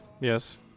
Yes